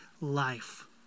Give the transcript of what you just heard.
life